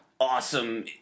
awesome